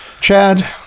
Chad